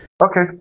okay